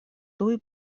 tuj